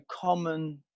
common